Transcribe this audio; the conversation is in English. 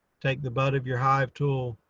take the butt of your hive tool,